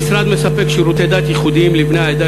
המשרד מספק שירותי דת ייחודיים לבני העדה